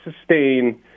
sustain